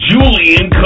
Julian